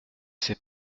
sais